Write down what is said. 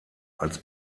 als